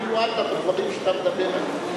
אם הוא מיועד לדברים שאתה מדבר עליהם.